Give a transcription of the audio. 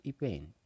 event